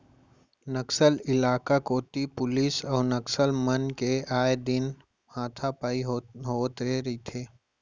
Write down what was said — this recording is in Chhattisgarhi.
नक्सल इलाका कोती पुलिस अउ नक्सल मन के आए दिन हाथापाई होथे रहिथे